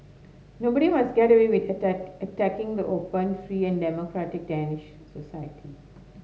nobody must get away with attack attacking the open free and democratic Danish society